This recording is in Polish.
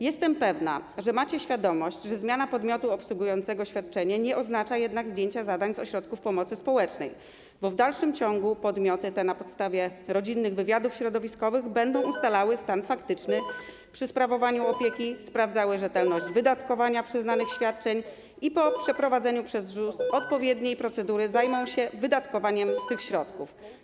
Jestem pewna, że macie świadomość, że zmiana podmiotu obsługującego świadczenie nie oznacza jednak zdjęcia zadań z ośrodków pomocy społecznej, bo w dalszym ciągu podmioty te na podstawie rodzinnych wywiadów środowiskowych będą ustalały stan faktyczny przy sprawowaniu opieki, będą sprawdzały rzetelność wydatkowania przyznanych świadczeń i po przeprowadzeniu przez ZUS odpowiedniej procedury zajmą się wydatkowaniem tych środków.